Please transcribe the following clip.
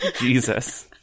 jesus